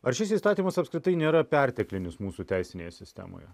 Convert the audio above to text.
ar šis įstatymas apskritai nėra perteklinis mūsų teisinėje sistemoje